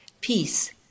peace